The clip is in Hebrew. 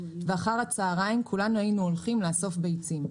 ואחר הצוהריים כולנו היינו הולכים לאסוף ביצים.